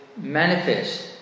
manifest